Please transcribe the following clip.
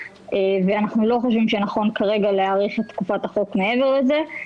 ואנחנו לא חושבים שנכון כרגע להאריך את תקופת החוק מעבר לזה.